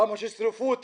למה שישרפו אותי?